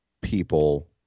people